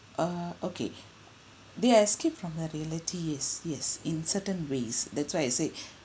uh okay the escape from the reality is yes in certain ways that's why I said